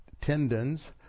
tendons